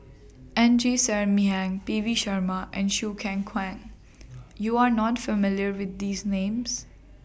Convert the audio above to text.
Ng Ser Miang P V Sharma and Choo Keng Kwang YOU Are not familiar with These Names